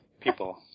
people